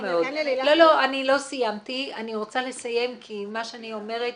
רוצה לסיים, כי מה שאני אומרת,